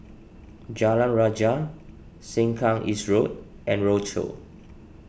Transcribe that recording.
Jalan Rajah Sengkang East Road and Rochor